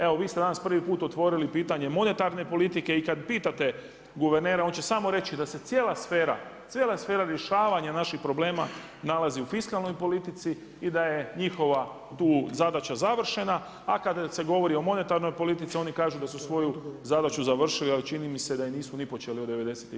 Evo vi ste danas prvi put otvorili pitanje monetarne politike i kad pitate guvernera on će samo reći da se cijela sfera rješavanja naših problema nalazi u fiskalnoj politici i da je njihova tu zadaća završena a kad se govori o monetarnoj politici, oni kažu da svoju zadaću završili ali čini mi se da ne nisu ni počeli od '90-ih godina.